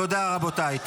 תודה, רבותיי.